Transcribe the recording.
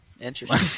Interesting